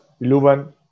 Iluvan